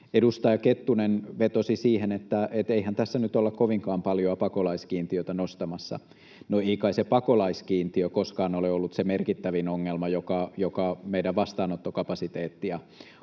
Edustaja Kettunen vetosi siihen, että eihän tässä nyt olla kovinkaan paljoa pakolaiskiintiötä nostamassa. No, ei kai se pakolaiskiintiö koskaan ole ollut se merkittävin ongelma, joka meidän vastaanottokapasiteettia